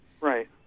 Right